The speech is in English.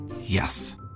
Yes